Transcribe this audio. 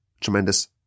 tremendous